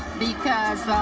because